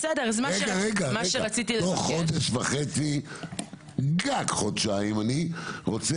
בתוך חודש וחצי גג חודשיים אני רוצה